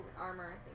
armor